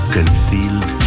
Concealed